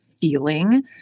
feeling